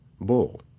Bull